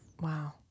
Wow